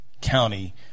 County